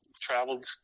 traveled